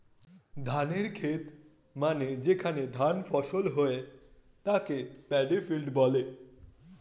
ধানের খেত মানে যেখানে ধান ফসল হয়ে তাকে প্যাডি ফিল্ড বলে